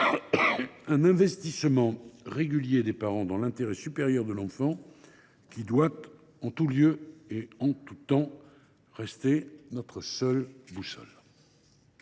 une implication régulière des parents dans l’intérêt supérieur de l’enfant, qui doit en tout lieu et en tout temps rester notre seule boussole.